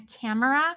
camera